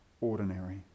ordinary